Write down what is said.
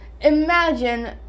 imagine